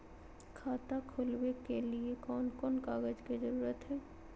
खाता खोलवे के लिए कौन कौन कागज के जरूरत है?